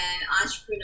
entrepreneurs